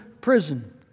prison